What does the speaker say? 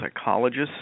psychologist